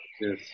Yes